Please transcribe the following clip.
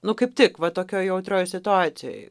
nu kaip tik va tokioj jautrioj situacijoj